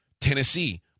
Tennessee